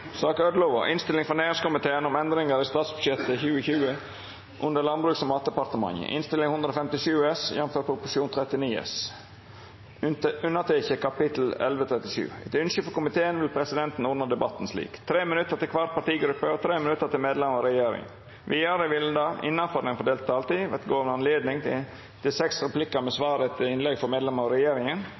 sak nr. 10. Etter ønske frå næringskomiteen vil presidenten ordna debatten slik: 3 minutt til kvar partigruppe og 3 minutt til medlemmer av regjeringa. Vidare vil det – innanfor den fordelte taletida – verta gjeve høve til inntil seks replikkar med svar etter innlegg frå medlemmer av regjeringa,